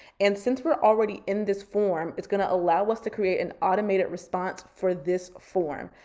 and since we're already in this form, it's gonna allow us to create an automated response for this form.